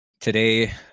today